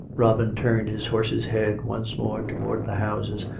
robin turned his horse's head once more towards the houses,